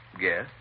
Yes